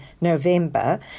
November